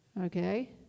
okay